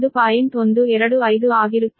125 ಆಗಿರುತ್ತದೆ